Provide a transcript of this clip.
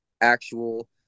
actual